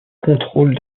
contrôle